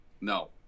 No